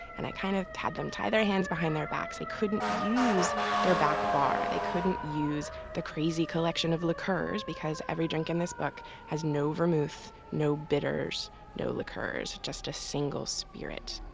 and i kind of had them tie their hands behind their backs. they couldn't use their back bar. they couldn't use the crazy collection of liqueurs because every drink in this book has no vermouth, no bitters, no liqueurs. just a single spirit.